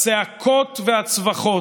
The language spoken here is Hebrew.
הצעקות והצווחות,